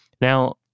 Now